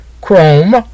Chrome